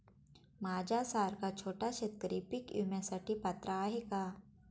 माझ्यासारखा छोटा शेतकरी पीक विम्यासाठी पात्र आहे का?